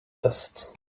dust